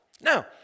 Now